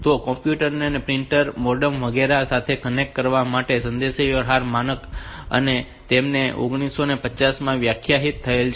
તો આ કમ્પ્યુટર ને પ્રિન્ટર મોડેમ વગેરે સાથે કનેક્ટ કરવા માટેનું સંદેશાવ્યવહાર માનક છે અને તે 1950 માં વ્યાખ્યાયિત થયેલ છે